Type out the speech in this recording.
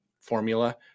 formula